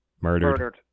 Murdered